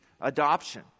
adoption